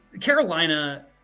Carolina